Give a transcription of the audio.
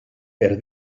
per